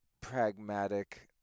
pragmatic